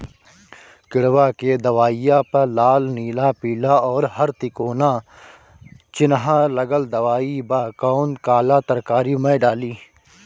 किड़वा के दवाईया प लाल नीला पीला और हर तिकोना चिनहा लगल दवाई बा कौन काला तरकारी मैं डाली?